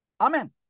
Amen